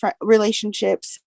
relationships